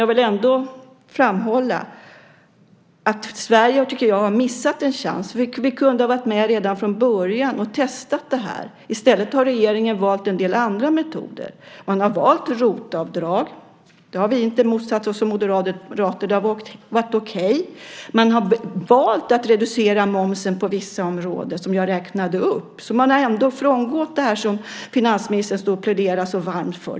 Jag vill ändå framhålla att jag tycker att Sverige har missat en chans. Vi kunde ha varit med redan från början och testat det här. I stället har regeringen valt en del andra metoder. Man har valt ROT-avdrag. Det har vi moderater inte motsatt oss; det har varit okej. Man har valt att reducera momsen på vissa områden, som jag räknade upp. Man har ändå frångått det som finansministern stod och pläderade så varmt för.